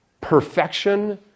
perfection